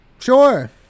Sure